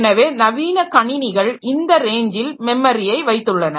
எனவே நவீன கணினிகள் இந்த ரேஞ்சில் மெமரியை வைத்துள்ளன